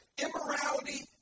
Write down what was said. immorality